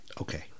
Okay